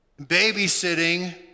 babysitting